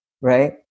right